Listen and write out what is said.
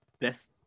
best